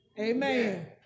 Amen